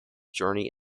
journey